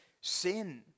sin